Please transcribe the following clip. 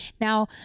now